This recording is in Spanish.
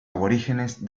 aborígenes